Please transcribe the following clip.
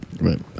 Right